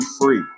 free